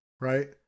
right